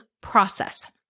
process